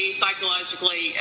psychologically